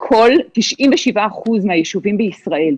וכל 97% מהיישובים בישראל,